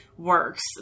Works